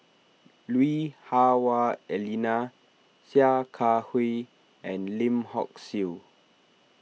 Lui Hah Wah Elena Sia Kah Hui and Lim Hock Siew